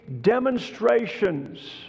demonstrations